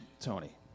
Tony